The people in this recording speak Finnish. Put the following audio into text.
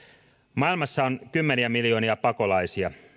maailmassa on kymmeniä miljoonia pakolaisia